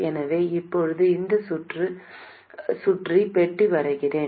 எனவே இப்போது இந்த சுற்று சுற்றி பெட்டியை வரைகிறேன்